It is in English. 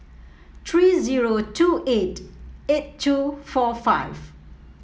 three zero two eight eight two four five